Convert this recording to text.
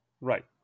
Right